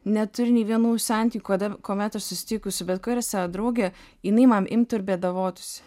neturiu nei vienų santykių kada kuomet aš susitikus su bet kuria savo drauge jinai man imtų ir bėdavotųsi